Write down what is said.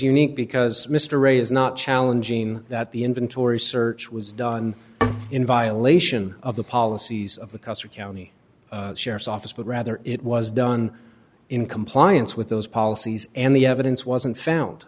unique because mr ray is not challenging that the inventory search was done in violation of the policies of the custer county sheriff's office but rather it was done in compliance with those policies and the evidence wasn't found